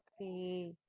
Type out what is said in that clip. Okay